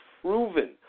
proven